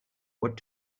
what